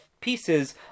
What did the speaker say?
pieces